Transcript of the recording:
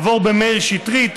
עבור במאיר שטרית,